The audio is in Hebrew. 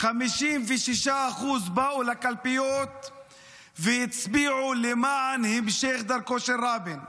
56% באו לקלפיות והצביעו למען המשך דרכו של רבין.